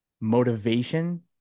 Motivation